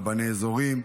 רבני אזורים,